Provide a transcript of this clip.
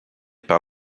par